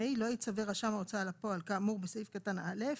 "(ה) לא יצווה רשם ההוצאה לפועל כאמור בסעיף קטן (א),